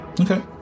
Okay